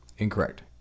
Incorrect